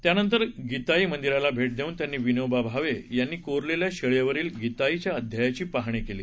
त्यानंतर गीताई मंदिराला भैट देऊन त्यांनी विनोबा भावे यांनी कोरलेल्या शिळेवरील गीताईच्या अध्यायाची पाहणी केली